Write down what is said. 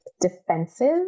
defensive